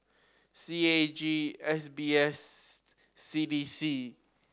C A G S B S C D C